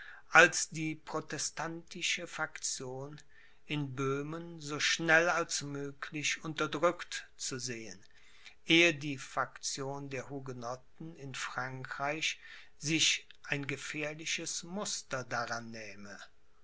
als die protestantische faktion in böhmen so schnell als möglich unterdrückt zu sehen ehe die faktion der hugenotten in frankreich sich ein gefährliches muster daran